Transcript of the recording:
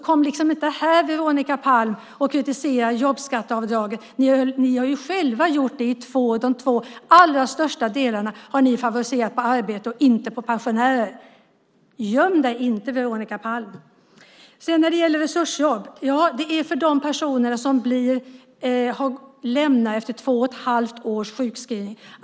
Kom inte här och kritisera jobbskatteavdraget, Veronica Palm! Ni har själva gjort det. I de två största delarna har ni favoriserat arbete och inte pensionärer. Göm dig inte, Veronica Palm! När det gäller resursjobb är det för de personer som lämnar efter två och ett halvt års sjukskrivning.